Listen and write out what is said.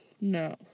No